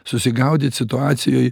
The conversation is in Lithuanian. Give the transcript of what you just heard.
susigaudyt situacijoj